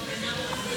הישיבה,